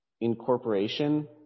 incorporation